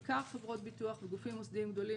בעיקר חברות ביטוח וגופים מוסדיים גדולים,